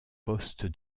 poste